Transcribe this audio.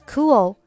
Cool